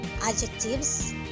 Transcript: adjectives